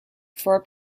for